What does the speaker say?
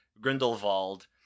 Grindelwald